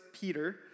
Peter